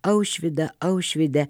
aušvydą aušvydą